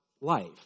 life